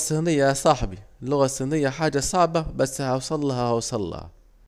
اللغة الصينية يا صاحبي، اللغة الصينية حاجة صعبة بس هوصلها هوصلها